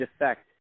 effect